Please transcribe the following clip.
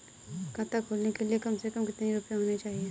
खाता खोलने के लिए कम से कम कितना रूपए होने चाहिए?